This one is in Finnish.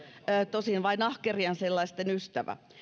tosin vain ahkerien sellaisten ystävä